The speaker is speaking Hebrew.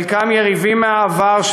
חלקם יריבים מן העבר,